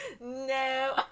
No